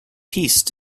peace